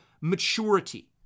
maturity